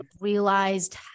realized